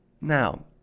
Now